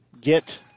get